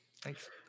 Thanks